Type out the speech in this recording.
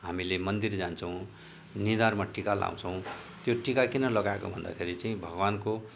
हामीले मन्दिर जान्छौँ निधारमा टिका लगाउँछौँ त्यो टिका किन लगाएको भन्दाखेरि चाहिँ भगवान्को